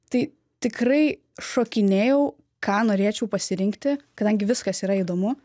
tai tikrai šokinėjau ką norėčiau pasirinkti kadangi viskas yra įdomu